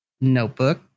notebook